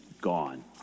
gone